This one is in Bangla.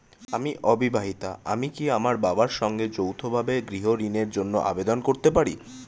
আমি অবিবাহিতা আমি কি আমার বাবার সঙ্গে যৌথভাবে গৃহ ঋণের জন্য আবেদন করতে পারি?